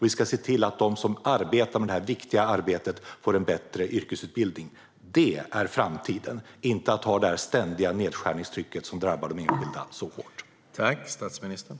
Vi ska se till att de som utför detta viktiga arbete får en bättre yrkesutbildning. Det här är framtiden - inte detta ständiga nedskärningstryck som drabbar de enskilda så hårt.